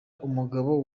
umugabo